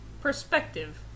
Perspective